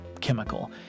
chemical